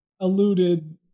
alluded